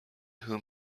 whom